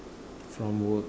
from work